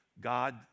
God